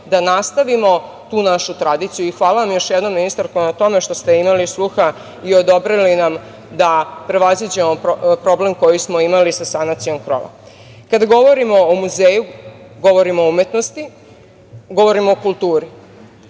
da nastavimo tu našu tradiciju. Hvala vam još jednom ministarka na tome što ste imali sluha i odobrili nam da prevaziđemo problem koji smo imali sa sanacijom krova. Kada govorimo o muzeju, govorimo o umetnosti, govorimo o kulturi.